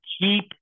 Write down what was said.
Keep